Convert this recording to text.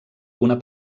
una